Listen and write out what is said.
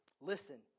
listen